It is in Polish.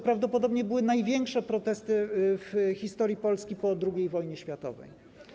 Prawdopodobnie to były największe protesty w historii Polski po II wojnie światowej.